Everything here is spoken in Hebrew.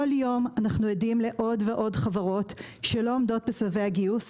כל יום אנחנו עדים לעוד ועוד חברות שלא עומדות בסבבי הגיוס,